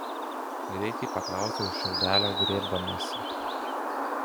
greit ji paklausė už šiaudelio griebdamasi